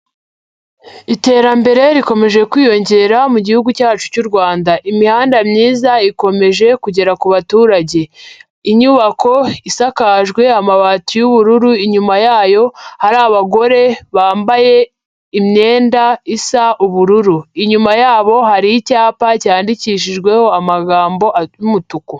Iterambere rikomeje kwiyongera mu gihugu cyacu cy'u Rwanda, imihanda myiza ikomeje kugera ku baturage, inyubako isakajwe amabati y'ubururu, inyuma yayo hari abagore bambaye imyenda isa ubururu, inyuma yabo hari icyapa cyandikishijweho amagambo y'umutuku.